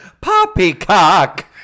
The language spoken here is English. Poppycock